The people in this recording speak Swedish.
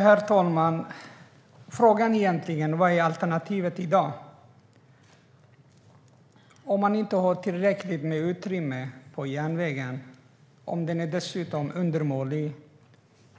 Herr talman! Frågan är egentligen: Vad är alternativet i dag? Man har inte tillräckligt med utrymme på järnvägen. Den är dessutom undermålig,